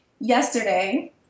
yesterday